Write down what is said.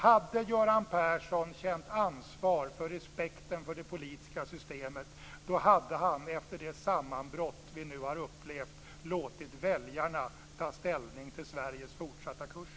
Hade Göran Persson känt ansvar för respekten för det politiska systemet hade han efter det sammanbrott vi nu har upplevt låtit väljarna ta ställning till Sveriges fortsatta kurs.